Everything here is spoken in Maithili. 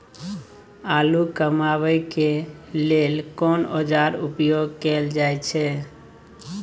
आलू कमाबै के लेल कोन औाजार उपयोग कैल जाय छै?